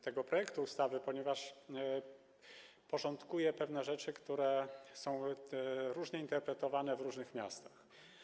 tego projektu ustawy, ponieważ porządkuje pewne rzeczy, które są różnie interpretowane w różnych miastach.